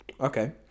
Okay